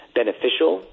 beneficial